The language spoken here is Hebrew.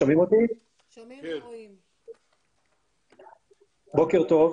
בוקר טוב.